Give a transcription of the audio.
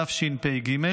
תשפ"ג,